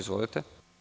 Izvolite.